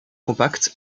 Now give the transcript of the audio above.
compact